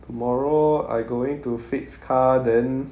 tomorrow I going to fix car then